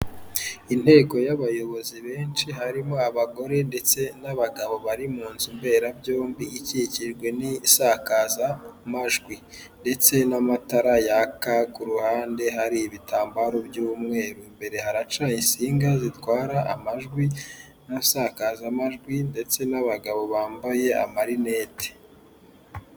Inteko y'abayobozi benshi harimo abagore ndetse n'abagabo bari mu nzu mberabyombi ikikijwe n'isakazamajwi, ndetse n'amatara yaka ku ruhande hari ibitambaro by'umweru, imbere haraca insinga zitwara amajwi n'isakazamajwi ndetse n'abagabo bambaye amarinete.